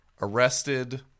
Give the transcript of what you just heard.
arrested